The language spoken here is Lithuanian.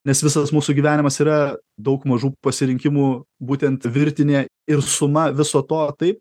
nes visas mūsų gyvenimas yra daug mažų pasirinkimų būtent virtinė ir suma viso to taip